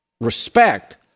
respect